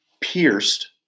pierced